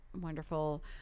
wonderful